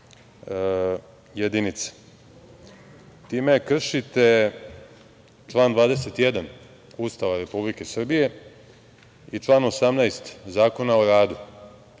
Time kršite član 21. Ustava Republike Srbije i član 18. Zakona o radu.